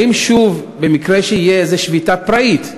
האם שוב, במקרה שתהיה איזו שביתה פראית,